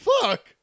fuck